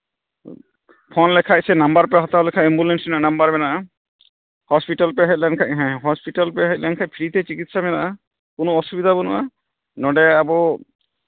phone ᱞᱮᱠᱷᱟᱡ ᱥᱮ number ᱯᱮ ᱦᱟᱛᱟᱣ ᱞᱮᱠᱷᱟᱡ ᱮᱢᱵᱩᱞᱮᱱᱥ ᱨᱮᱭᱟᱜ ᱱᱟᱢᱵᱟᱨ ᱢᱮᱱᱟᱜᱼᱟ ᱦᱚᱥᱯᱤᱴᱟᱞ ᱯᱮ ᱦᱮᱡ ᱞᱮᱱ ᱦᱮᱸ ᱦᱚᱥᱯᱤᱴᱟᱞ ᱯᱮ ᱦᱮᱡ ᱞᱮᱱᱠᱷᱟᱡ ᱯᱷᱨᱤ ᱛᱮ ᱪᱤᱠᱤᱛᱥᱟ ᱢᱮᱱᱟᱜᱼᱟ ᱩᱱᱟᱹᱜ ᱚᱥᱩᱵᱤᱫᱟ ᱵᱟᱹᱱᱩᱜᱼᱟ ᱱᱚᱰᱮ ᱟᱵᱚ